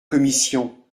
commission